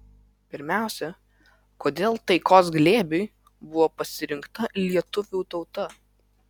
pirmiausia kodėl taikos glėbiui buvo pasirinkta lietuvių tauta